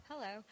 Hello